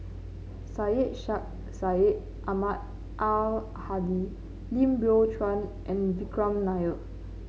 Syed Sheikh Syed Ahmad Al Hadi Lim Biow Chuan and Vikram Nair